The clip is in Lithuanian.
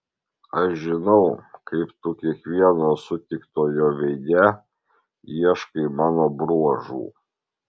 aš žinau kaip tu kiekvieno sutiktojo veide ieškai mano bruožų